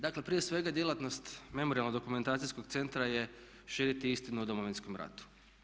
Dakle prije svega djelatnost memorijalno-dokumentacijskog centra je širiti istinu o Domovinskom ratu.